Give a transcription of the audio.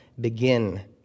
begin